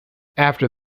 after